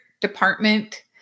department